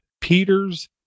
Peter's